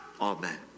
Amen